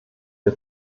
der